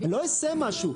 אני לא אעשה משהו.